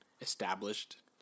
established